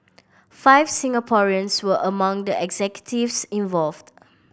five Singaporeans were among the executives involved